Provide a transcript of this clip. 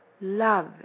love